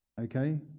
okay